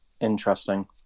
Interesting